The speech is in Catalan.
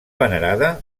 venerada